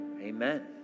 Amen